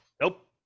Nope